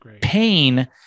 pain